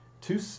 two